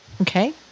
Okay